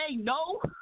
no